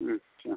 আচ্চা